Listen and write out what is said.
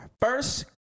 First